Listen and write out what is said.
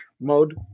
mode